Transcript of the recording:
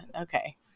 okay